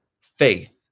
faith